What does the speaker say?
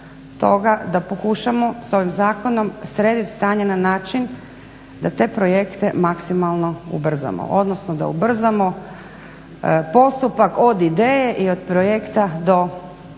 da pokušamo sa ovim zakonom sredit stanje na način da te projekte maksimalno ubrzamo. Odnosno da ubrzamo postupak od ideje i od projekta do same